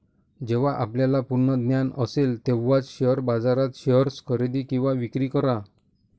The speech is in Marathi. जेव्हा आपल्याला पूर्ण ज्ञान असेल तेव्हाच शेअर बाजारात शेअर्स खरेदी किंवा विक्री करा